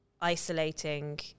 isolating